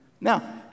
now